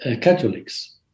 Catholics